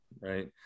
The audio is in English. Right